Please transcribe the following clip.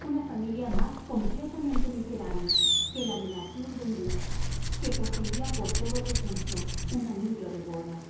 una familia más completamente miserable que la de la tour de embleuse que poseía por todo recurso un anillo de boda